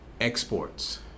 exports